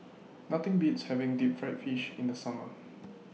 Nothing Beats having Deep Fried Fish in The Summer